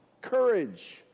Courage